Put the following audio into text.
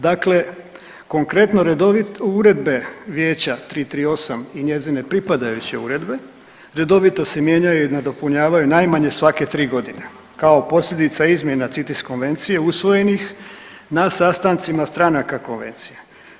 Dakle, konkretno uredbe Vijeća 338 i njezine pripadajuće uredbe redovito se mijenjaju i nadopunjavaju najmanje svake tri godine kao posljedica izmjena CITES konvencije usvojenih na sastancima stranaka konvencije.